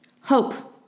hope